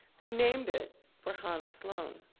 they named it for hans sloane,